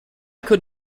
could